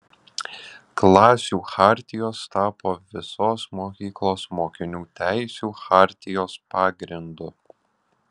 klasių chartijos tapo visos mokyklos mokinių teisių chartijos pagrindu